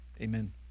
amen